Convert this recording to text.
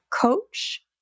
coach